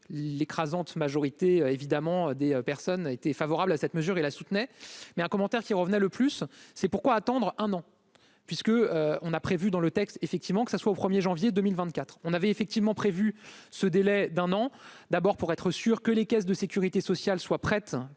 l'écrasante majorité évidemment des personnes a été favorable à cette mesure et la soutenait, mais un commentaire qui revenait le plus, c'est pourquoi attendre un an puisque on a prévu dans le texte, effectivement, que ça soit au 1er janvier 2024 on avait effectivement prévu ce délai d'un an, d'abord pour être sûr que les caisses de Sécurité sociale soit prête